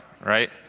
right